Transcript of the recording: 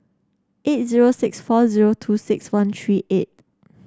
eight zero six four zero two six one three eight